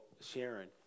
Sharon